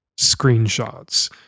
screenshots